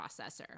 processor